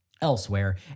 Elsewhere